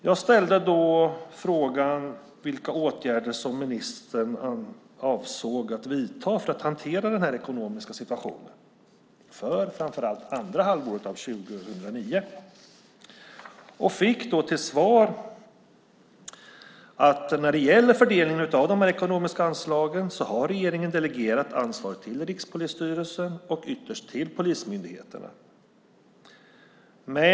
Jag ställde då frågan vilka åtgärder som ministern avsåg att vidta för att hantera den här ekonomiska situationen, framför allt för andra halvåret 2009. Jag fick till svar att när det gäller fördelningen av de ekonomiska anslagen har regeringen delegerat ansvaret till Rikspolisstyrelsen och ytterst till polismyndigheterna.